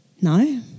No